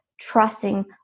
trusting